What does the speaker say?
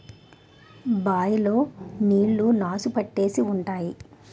bye లో నీళ్లు నాసు పట్టేసి ఉంటాయి